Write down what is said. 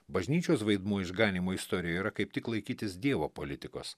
bažnyčios vaidmuo išganymo istorijoje yra kaip tik laikytis dievo politikos